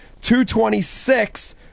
226